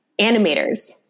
animators